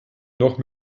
noch